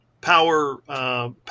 Power